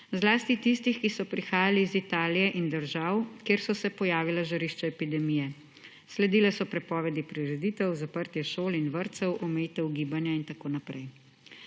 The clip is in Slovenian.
zlasti tistih, ki so prihajali iz Italije in držav, kjer so se pojavila žarišča epidemije. Sledile so prepovedi prireditev, zaprtje šol in vrtec, omejitev gibanja in tako naprej.